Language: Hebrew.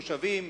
מושבים,